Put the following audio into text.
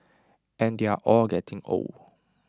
and they're all getting old